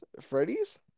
Freddy's